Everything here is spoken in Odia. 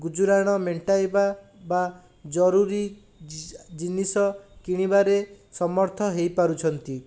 ଗୁଜୁରାଣ ମେଣ୍ଟେଇବା ବା ଜରୁରୀ ଜିନିଷ କିଣିବାରେ ସମର୍ଥ ହେଇପାରୁଛନ୍ତି